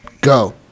Go